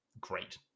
great